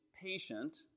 patient